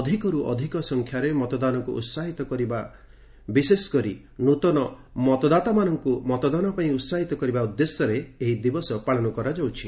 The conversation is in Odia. ଅଧିକରୁ ଅଧିକ ସଂଖ୍ୟାରେ ମତଦାନକୁ ଉତ୍କାହିତ କରିବା ବିଶେଷକରି ନ୍ତନ ମତଦାତାମାନଙ୍କୁ ମତଦାନ ପାଇଁ ଉହାହିତ କରିବା ଉଦ୍ଦେଶ୍ୟରେ ଏହି ଦିବସ ପାଳନ କରାଯାଉଛି